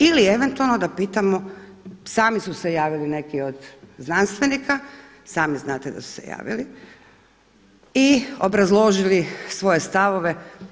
Ili eventualno da pitamo, sami su se javili neki od znanstvenika, sami znate da su se javili i obrazložili svoje stavove.